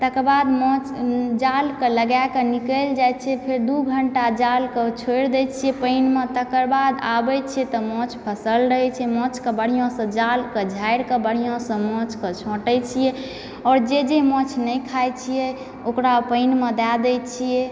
तकरबाद माछ जाल के लगाए कऽ निकलि जाइ छै फेर दू घण्टा जाल के छोड़ि दै छियै पानिमे तकरबाद आबै छियै तऽ माछ फँसल रहै छै माछके बढ़िऑं सऽ जाल के झारि कऽ बढ़िऑं सऽ माछ के छँटै छीयै आओर जे जे माछ नहि खाइ छियै ओकरा पानि मे दऽ दै छियै